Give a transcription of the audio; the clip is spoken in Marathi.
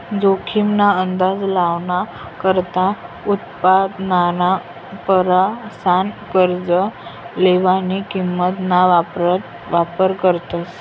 जोखीम ना अंदाज लावाना करता उत्पन्नाना परसार कर्ज लेवानी किंमत ना वापर करतस